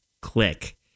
click